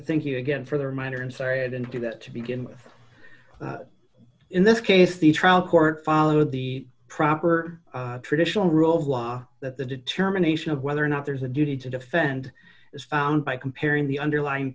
thinking again for the reminder i'm sorry i didn't do that to begin with in this case the trial court followed the proper traditional rule of law that the determination of whether or not there's a duty to defend is found by comparing the underlyin